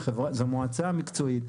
מועצה מקצועית,